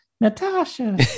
Natasha